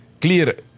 clear